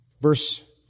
verse